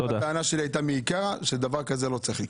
הטענה שלי הייתה מעיקרה שדבר כזה לא צריך לקרות.